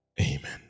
Amen